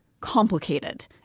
complicated